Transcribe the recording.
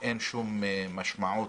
ואין שום משמעות